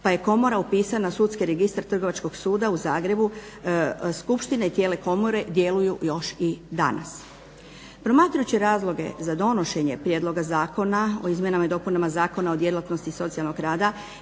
pa je Komora upisana u socijalni registar Trgovačkog suda u Zagrebu. Skupština i tijela Komore djeluju još i danas. Promatrajući razloge za donošenje prijedloga zakona o izmjenama i dopunama Zakona o djelatnosti socijalnog rada